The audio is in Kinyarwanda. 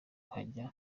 hajya